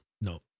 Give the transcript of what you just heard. No